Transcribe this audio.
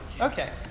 Okay